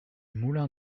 moulin